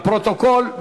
לפרוטוקול.